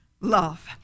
love